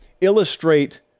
illustrate